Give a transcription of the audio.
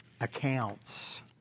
accounts